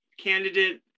candidate